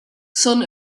son